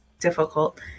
difficult